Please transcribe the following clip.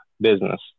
business